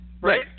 Right